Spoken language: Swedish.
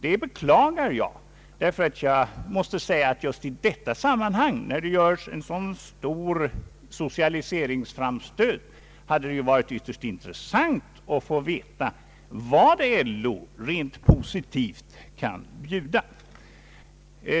Det beklagar jag, ty just i detta sammanhang, när det görs en så stor socialiseringsframstöt, hade det varit ytterst intressant att få veta vad LO rent positivt kan bjuda.